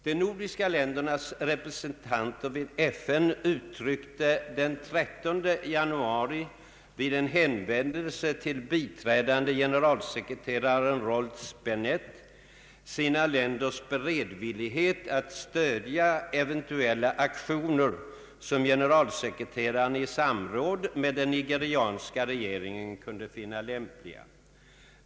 De nordiska ländernas representanter vid FN uttryckte den 13 januari vid en hänvändelse till den biträdande generalsekreteraren Rolz Bennett sina länders beredvillighet att stödja eventuella aktioner som generalsekreteraren i samråd med den nigerianska regeringen kunde finna lämpliga.